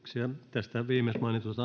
tästä viimeksi mainitusta